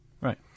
Right